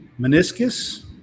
meniscus